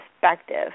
perspective